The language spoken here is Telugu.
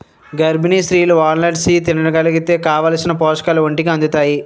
గర్భిణీ స్త్రీలు వాల్నట్స్ని తినగలిగితే కావాలిసిన పోషకాలు ఒంటికి అందుతాయి